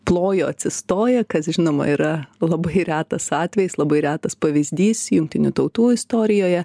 plojo atsistoję kas žinoma yra labai retas atvejis labai retas pavyzdys jungtinių tautų istorijoje